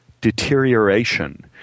deterioration